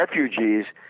refugees